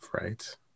right